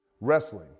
Wrestling